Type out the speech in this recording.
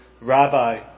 Rabbi